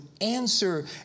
answer